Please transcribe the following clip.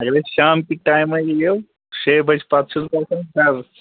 اَگر شام کہ ٹایمٕے یِیُو شیٚیہِ بَجہِ پتہٕ چھُس بہٕ آسان گَرٕ